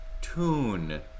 tune